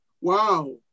Wow